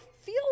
feel